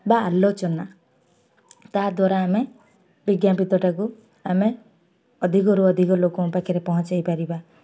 ବା ଆଲୋଚନା ତାଦ୍ୱାରା ଆମେ ବିଜ୍ଞାପିତଟାକୁ ଆମେ ଅଧିକରୁ ଅଧିକ ଲୋକଙ୍କ ପାଖରେ ପହଞ୍ଚାଇ ପାରିବା